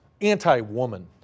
anti-woman